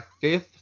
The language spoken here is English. fifth